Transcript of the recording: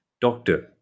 doctor